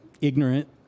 ignorant